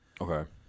Okay